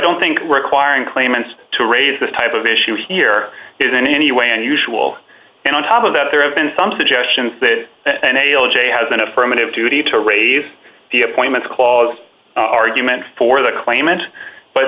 don't think requiring claimants to raise this type of issue here is in any way unusual and on top of that there have been some suggestions that a l j has an affirmative duty to raise the appointments clause argument for the claimant but